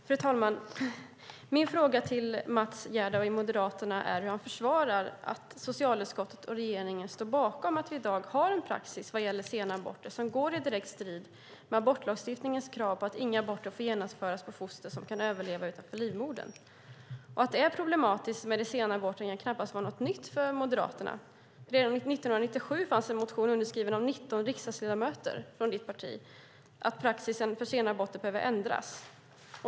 Fru talman! Min fråga till Mats Gerdau i Moderaterna är hur han försvarar att socialutskottet och regeringen står bakom att vi i dag har en praxis vad gäller sena aborter som går i direkt strid med abortlagstiftningens krav på att inga aborter får genomföras på foster som kan överleva utanför livmodern. Att det är problematiskt med sena aborter kan knappast vara något nytt för Moderaterna. Redan 1997 fanns en motion underskriven av 19 riksdagsledamöter från ditt parti om att praxis för sena aborter behövde ändras.